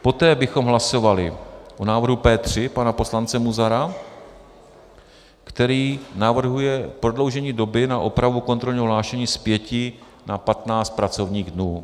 Poté bychom hlasovali o návrhu P3 pana poslance Munzara, který navrhuje prodloužení doby na opravu kontrolního hlášení z 5 na 15 pracovních dnů.